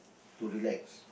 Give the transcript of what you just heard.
to relax